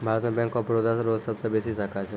भारत मे bank of Baroda रो सबसे बेसी शाखा छै